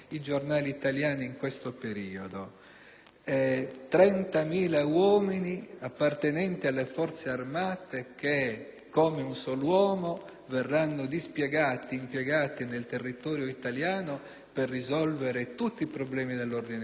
30.000 uomini appartenenti alle Forze armate che, come un sol uomo, verranno dispiegati e impiegati nel territorio italiano per risolvere tutti i problemi dell'ordine pubblico, stupri compresi.